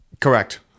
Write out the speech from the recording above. Correct